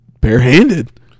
Barehanded